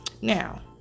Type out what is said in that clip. Now